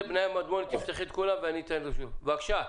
מדמוני, בבקשה.